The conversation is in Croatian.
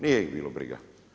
Nije ih bilo briga.